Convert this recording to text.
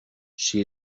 she